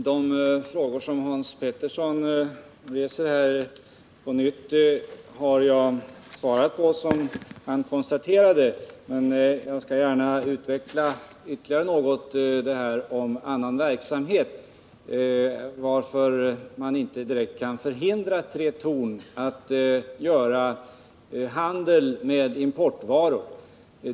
Herr talman! De frågor som Hans Pettersson här på nytt reser har jag svarat på, som han konstaterade. Men jag skall gärna ytterligare utveckla svaren något. Man kan inte direkt förhindra Tretorn att bedriva handel med importvaror.